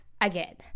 again